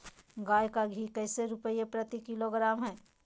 गाय का घी कैसे रुपए प्रति किलोग्राम है?